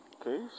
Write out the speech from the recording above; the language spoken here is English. Okay